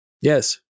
Yes